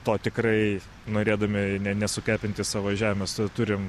to tikrai norėdami ne nesukepinti savo žemės turim